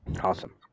Awesome